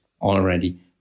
already